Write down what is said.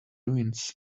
ruins